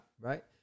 right